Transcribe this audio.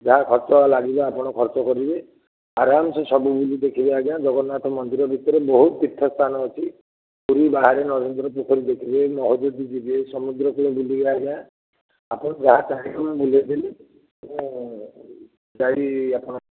ଯାହା ଖର୍ଚ୍ଚ ଲାଗିବ ଆପଣ ଖର୍ଚ୍ଚ କରିବେ ଆରାମ ସେ ସବୁ ବୁଲି ଦେଖିବେ ଆଜ୍ଞା ଜଗନ୍ନାଥ ମନ୍ଦିର ଭିତରେ ବହୁତ ତୀର୍ଥ ସ୍ଥାନ ଅଛି ପୁରୀ ବାହାରେ ନରେନ୍ଦ୍ର ପୋଖରୀ ଅଛି ମହୋଦଧି ଯିବେ ସମୁଦ୍ର କୁଳ ବୁଲିବେ ଆଜ୍ଞା ଆପଣ ଯାହା ଚାହିଁବେ ମୁଁ ବୁଲାଇ ଦେବି ଏବଂ ଡାଏରୀ ଆପଣ